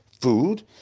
food